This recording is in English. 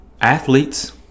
athletes